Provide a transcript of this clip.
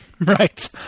Right